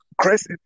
Chris